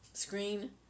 screen